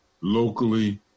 locally